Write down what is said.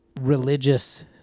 religious